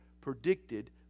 predicted